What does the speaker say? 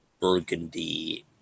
burgundy